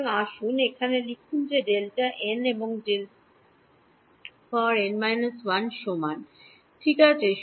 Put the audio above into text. সুতরাং আসুন এখানে লিখুন যে Dn এবং Dn − 1 সমান ঠিক আছে